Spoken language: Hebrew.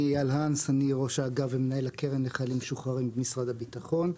אני ראש האגף ומנהל הקרן לחיילים משוחררים במשרד הבטחון.